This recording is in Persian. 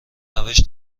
روش